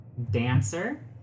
dancer